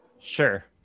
Sure